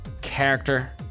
character